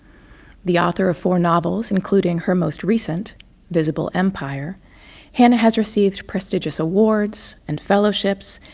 the author of four novels, including her most recent visible empire hannah has received prestigious awards and fellowships,